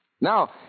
Now